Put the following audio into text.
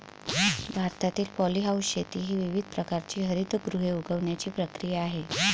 भारतातील पॉलीहाऊस शेती ही विविध प्रकारची हरितगृहे उगवण्याची प्रक्रिया आहे